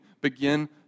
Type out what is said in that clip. begin